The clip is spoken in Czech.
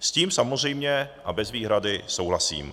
S tím samozřejmě a bez výhrady souhlasím.